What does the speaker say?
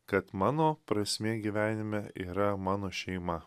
kad mano prasmė gyvenime yra mano šeima